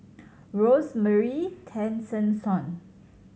Rosemary Tessensohn